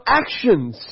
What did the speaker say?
actions